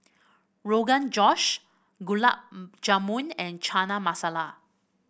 Rogan Josh Gulab Jamun and Chana Masala